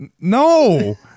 no